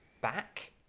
back